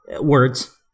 words